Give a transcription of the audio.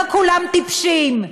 לא כולם טיפשים.